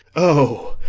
o,